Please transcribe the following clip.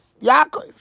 Yaakov